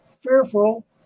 fearful